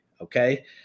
okay